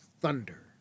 Thunder